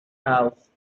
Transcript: house